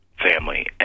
family